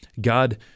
God